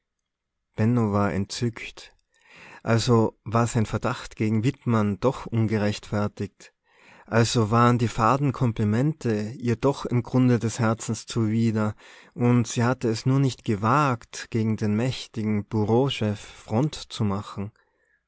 war entzückt also war sein verdacht gegen wittmann doch ungerechtfertigt also waren die faden komplimente ihr doch im grunde des herzens zuwider und sie hatte es nur nicht gewagt gegen den mächtigen bureauchef front zu machen